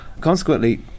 Consequently